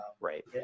Right